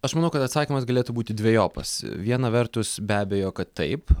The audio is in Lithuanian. aš manau kad atsakymas galėtų būti dvejopas viena vertus be abejo kad taip